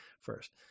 first